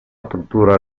struttura